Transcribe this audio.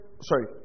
Sorry